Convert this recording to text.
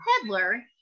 peddler